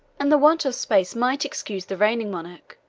and the want of space might excuse the reigning monarch,